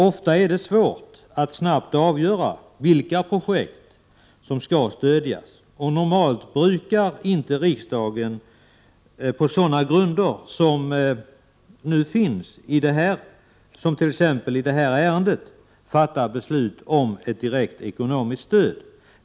Ofta är det svårt att snabbt avgöra vilka projekt som skall stödjas, och normalt brukar riksdagen inte på sådana grunder som föreligger i detta ärende fatta beslut om ett direkt ekonomiskt stöd.